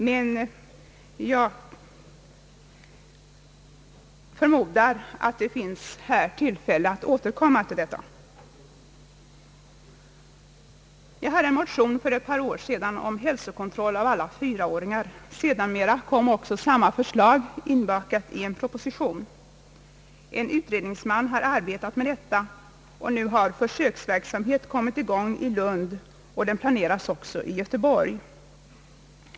Jag förmodar att det blir tillfälle att återkomma till detta. Jag hade en motion för ett par år sedan om hälsokontroll av alla fyraåringar. Senare kom samma förslag inbakat i en proposition. En utredningsman hade arbetat med detta, och nu har en försöksverksamhet kommit i gång i Lund och en planeras i Göteborg.